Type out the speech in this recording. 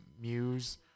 Muse